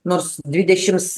nors dvidešims